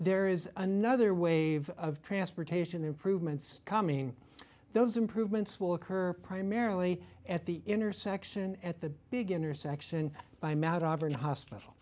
there is another wave of transportation improvements coming those improvements will occur primarily at the intersection at the beginner section by mount auburn hospital